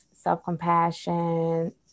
self-compassion